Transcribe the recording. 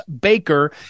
Baker